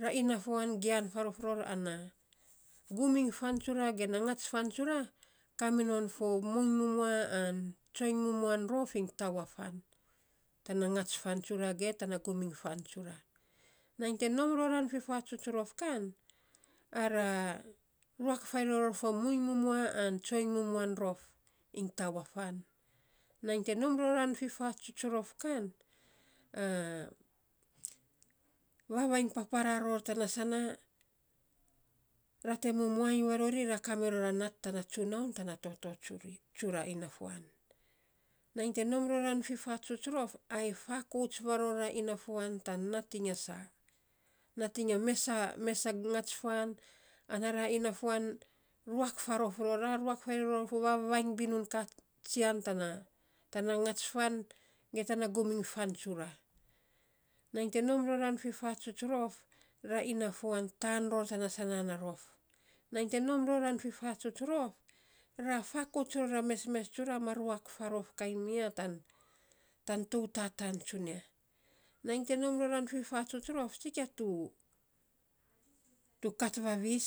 Ra inafuan gian faarof ror ana gum iny fan tsura ge na ngats fan tsura, kaminon fo muiny mumua an tsoiny mumuan rof iny tau a fan, tana ngats fan tsura ge gum in fan tsura. Nainy te nom roran fifatsuts rof kan, ara ruak faarei ror fo muiny mumua an tsoiny mumuan rof ainy tau a fan. Nainy te nom roran fifatsuts rof kan, vavainy papara ror tana sana, ra te mumua iny varori, ra kamiror a nat tana tsunauun tana toto tsuri tsura inafuan. Nainy te nom roran fifatsuts rof, ai fakauts varora inafuan tan nating a saa, nating a mesa mesa ngats fan, ana ra inafuan, ruak faarof ror. Ra ruak faarei ror fo vavainy binun katsian tana ngat fan ge tana gum iny fan tsura. Nainy te nom roran fifatsuts rof, ra inafuan taan ror tana sanaan na rof. Nainy nom ror fifatsuts rof ra fakauts ror a mesmes tsura ma ruak faarof kain miya tan tan tou tataan tsunia. Nainy te nom rora fifatsuts rof, tsikia tu tu kat vavis